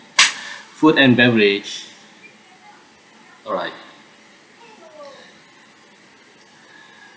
food and beverage alright